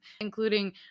including